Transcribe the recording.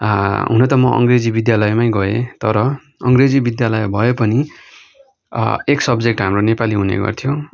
हुन त म अङ्ग्रेजी विद्यालयमै गएँ तर अङ्ग्रेजी विद्यालय भए पनि एक सब्जेट हाम्रो नेपाली हुनेगर्थ्यो